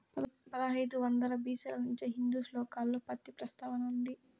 పదహైదు వందల బి.సి ల నుంచే హిందూ శ్లోకాలలో పత్తి ప్రస్తావన ఉంది